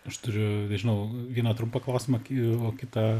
aš turiu žinau vieną trumpą klausimą o kitą